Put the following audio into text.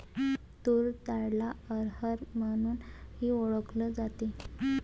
तूर डाळला अरहर म्हणूनही ओळखल जाते